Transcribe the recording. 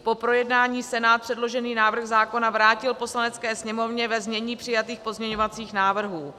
Po projednání Senát předložený návrh zákona vrátil Poslanecké sněmovně ve znění přijatých pozměňovacích návrhů.